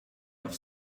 auf